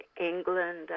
England